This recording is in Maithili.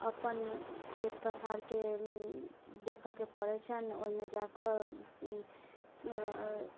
अपन खेत पथारके देखऽके पड़ै छनि ओइमे जा कऽ